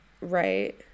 Right